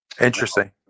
Interesting